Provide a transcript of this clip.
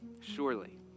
surely